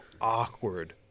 awkward